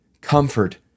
Comfort